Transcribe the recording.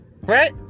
right